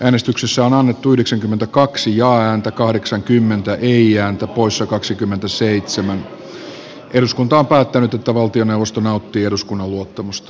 ensin äänestetään hanna mäntylän ehdotuksesta eila tiaisen ehdotusta vastaan ja sen jälkeen siitä nauttiiko valtioneuvosto eduskunnan luottamusta